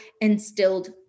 instilled